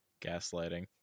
Gaslighting